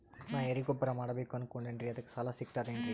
ನಾ ಎರಿಗೊಬ್ಬರ ಮಾಡಬೇಕು ಅನಕೊಂಡಿನ್ರಿ ಅದಕ ಸಾಲಾ ಸಿಗ್ತದೇನ್ರಿ?